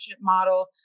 model